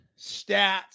stats